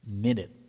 minute